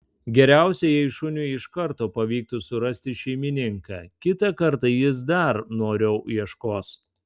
geriausia jei šuniui iš karto pavyktų surasti šeimininką kitą kartą jis dar noriau ieškos